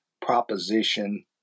proposition